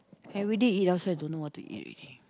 every day eat outside don't know what to eat already